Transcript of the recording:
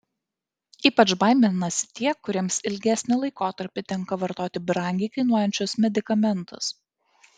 ypač baiminasi tie kuriems ilgesnį laikotarpį tenka vartoti brangiai kainuojančius medikamentus